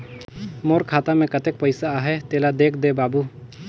मोर खाता मे कतेक पइसा आहाय तेला देख दे बाबु?